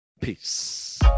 Peace